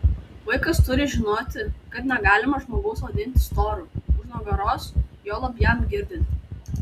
vaikas turi žinoti kad negalima žmogaus vadinti storu už nugaros juolab jam girdint